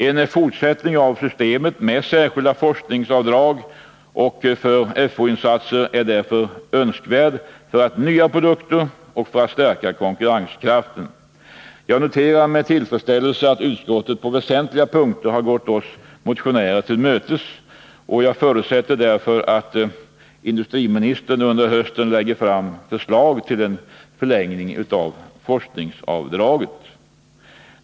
En fortsättning av systemet med särskilda forskningsavdrag för FOU-insatser är därför önskvärd för att förnya produkter och stärka konkurrenskraften. Jag noterar med tillfredsställelse att utskottet på väsentliga punkter gått oss motionärer till mötes. Jag förutsätter därför att industriministern under hösten lägger fram förslag till en förlängning av forskningsavdraget.